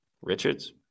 Richards